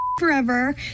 forever